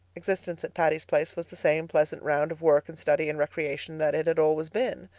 existence at patty's place was the same pleasant round of work and study and recreation that it had always been.